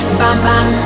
bam-bam